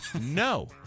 No